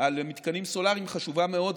על מתקנים סולריים חשובה מאוד,